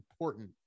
important